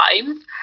times